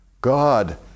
god